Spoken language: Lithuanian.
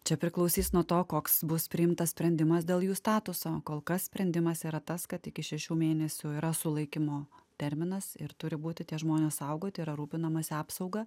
čia priklausys nuo to koks bus priimtas sprendimas dėl jų statuso kol kas sprendimas yra tas kad iki šešių mėnesių yra sulaikymo terminas ir turi būti tie žmonės saugoti yra rūpinamasi apsauga